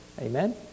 Amen